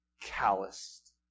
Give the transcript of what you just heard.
calloused